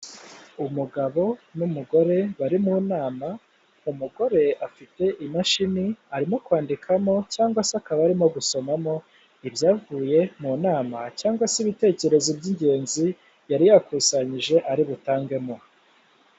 Umugabo n'umugore bari mu nama, umugore afite imashini arimo kwandikamo cyangwa se akaba ari gusomamo ibyavuye mu nama cyangwa se ibitekerezo by'ingenzi yari yakusanyije ari butangemo.